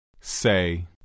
Say